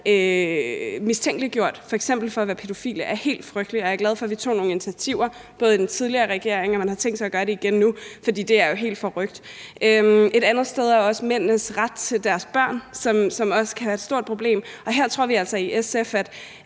mistænkeliggjort f.eks. for at være pædofile, er helt frygteligt. Og jeg er glad for, både at vi tog nogle initiativer i den tidligere regering, og at man har tænkt sig at gøre det igen nu, for det er jo helt forrykt. Et andet område er også mændenes ret til deres børn, som også kan være et stort problem, og her tror vi altså i SF, at